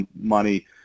money